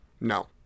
No